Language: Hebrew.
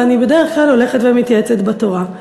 ואני בדרך כלל הולכת ומתייעצת בתורה.